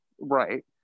Right